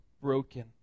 broken